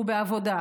הוא בעבודה.